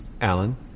Alan